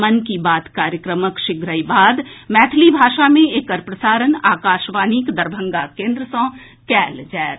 मन की बात कार्यक्रमक शीघ्रहि बाद मैथिली भाषा मे एकर प्रसारण आकाशवाणीक दरभंगा केन्द्र सँ कयल जायत